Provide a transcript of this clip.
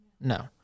No